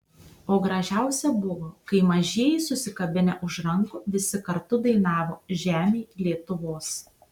o gražiausia buvo kai mažieji susikabinę už rankų visi kartu dainavo žemėj lietuvos